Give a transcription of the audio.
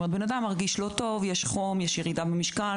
אדם מרגיש לא טוב, יש חום, יש ירידה במשקל.